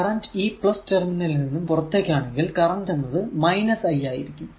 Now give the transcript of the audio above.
current ഈ terminal നിന്നും പുറത്തേക്കാണെങ്കിൽ കറന്റ് എന്നത് I ആയിരിക്കും